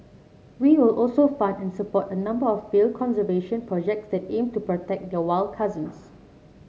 we will also fund and support a number of field conservation projects that aim to protect their wild cousins